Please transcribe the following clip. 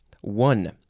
One